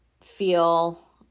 feel